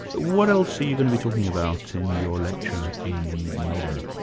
what else are you going to be talking about in your lecture in melbourne?